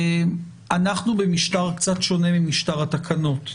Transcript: אנחנו במשטר קצת שונה ממשטר התקנות,